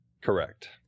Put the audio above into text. correct